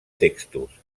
textos